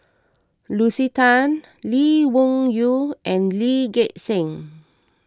Lucy Tan Lee Wung Yew and Lee Gek Seng